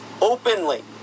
openly